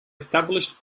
established